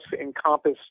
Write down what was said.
encompass